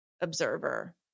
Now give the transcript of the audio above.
observer